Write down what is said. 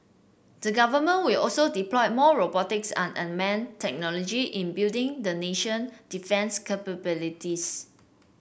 the government will also deploy more robotics and unmanned technologies in building the nation defence capabilities